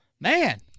Man